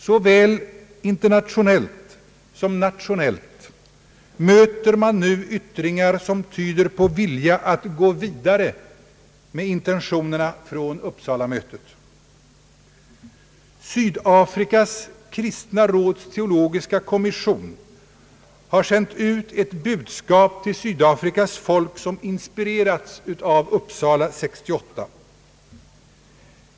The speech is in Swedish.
Såväl internationellt som nationellt möter man nu yttringar som tyder på vilja att gå vidare med intentionerna från Uppsalamötet. Sydafrikas kristna råds teologiska kommission har sänt ut ett budskap till Sydafrikas folk som inspirerats av Uppsala-68.